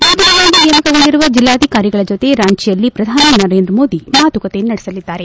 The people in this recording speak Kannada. ನೂತನವಾಗಿ ನೇಮಕಗೊಂಡಿರುವ ಜಿಲ್ಲಾಧಿಕಾರಿಗಳ ಜತೆ ರಾಂಚಿಯಲ್ಲಿ ಪ್ರಧಾನಿ ನರೇಂದ್ರ ಮೋದಿ ಮಾತುಕತೆ ನಡೆಸಲಿದ್ದಾರೆ